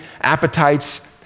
appetites